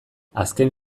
azken